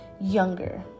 younger